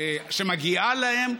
שמגיעה להם.